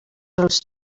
els